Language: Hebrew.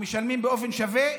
משלמים באופן שווה,